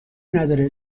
نداره